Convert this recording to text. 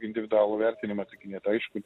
individualų vertinimą atlikinėt aišku